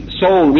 soul